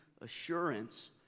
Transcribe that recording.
assurance